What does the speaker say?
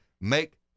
Make